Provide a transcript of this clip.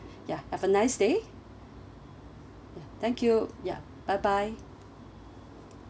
ya have a nice day ya thank you ya bye bye